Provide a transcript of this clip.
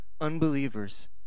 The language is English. unbelievers